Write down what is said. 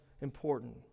important